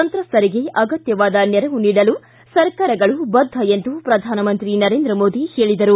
ಸಂತ್ರಸ್ತಂಗೆ ಅಗತ್ತವಾದ ನೆರವು ನೀಡಲು ಸರ್ಕಾರಗಳು ಬದ್ದ ಎಂದು ಪ್ರಧಾನಮಂತ್ರಿ ನರೇಂದ್ರ ಮೋದಿ ಹೇಳಿದರು